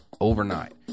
overnight